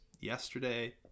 yesterday